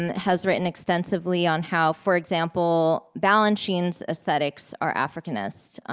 and has written extensively on how, for example, balanchine's aesthetics are africanist.